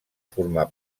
formar